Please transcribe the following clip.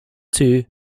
two